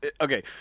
okay